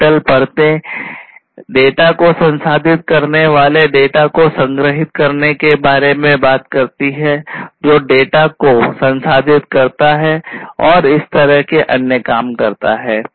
digital परतें data को संसाधित करने वाले डेटा को संग्रहीत करने के बारे में बात करती हैं जो डेटा को संसाधित करता है और इसी तरह के अन्य काम करता है